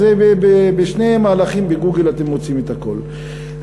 בשני מהלכים ב"גוגל" אתם מוצאים את הכול,